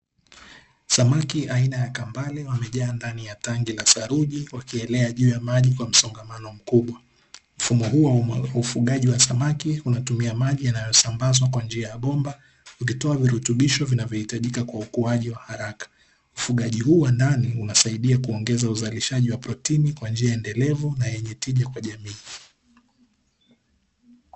Samaki aina ya kambale wamejaa ndani ya tanki la thaluji, wakielea juu ya maji kwa msongamano mkubwa. Mfumo huo wa ufugaji wa samaki unatumia maji yanayosambazwa kwa njia ya mabomba, ukitoa virutubisho vinavyohitajika kwa ukuaji wa haraka. Ufugaji huu wa ndani husaidia kuongeza uzalishaji wa protini kwa njia endelevu na yenye tija kwa jamii.